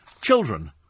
children